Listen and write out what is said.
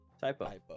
typo